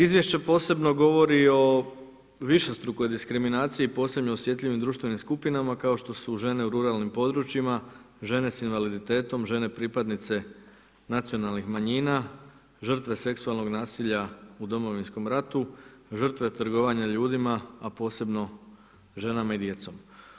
Izvješće posebno govori o višestrukoj diskriminaciji, posebno osjetljivim društvenim skupinama kao što su žene u ruralnim područjima, žene s invaliditetom, žene pripadnice nacionalnih manjina, žrtve seksualnog nasilja u Domovinskom ratu, žrtve trgovanja ljudima, a posebno ženama i djecom.